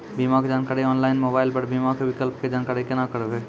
बीमा के जानकारी ऑनलाइन मोबाइल पर बीमा के विकल्प के जानकारी केना करभै?